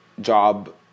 job